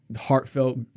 heartfelt